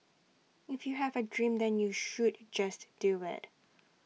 if you have A dream then you should just do IT